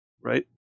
right